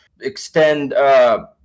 extend